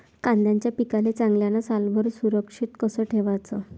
कांद्याच्या पिकाले चांगल्यानं सालभर सुरक्षित कस ठेवाचं?